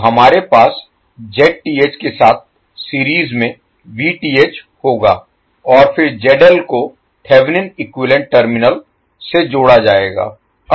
तो हमारे पास Zth के साथ सीरीज में Vth होगा और फिर ZL को थेवेनिन इक्विवैलेन्ट टर्मिनल से जोड़ा जाएगा